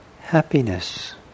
happiness